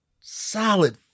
solid